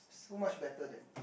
so much better than